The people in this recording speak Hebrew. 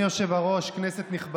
זה בסדר, אני נהנה.